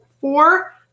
four